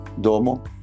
Domo